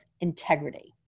integrity